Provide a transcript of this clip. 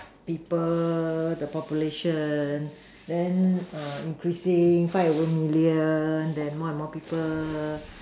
people the population then are increasing five over million then more and more people